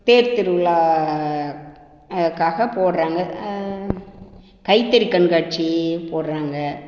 தேர் திருவிழா அதுக்காக போடுறாங்க கைத்தறி கண்காட்சி போடுறாங்க